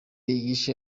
yishe